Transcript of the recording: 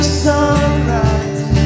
sunrise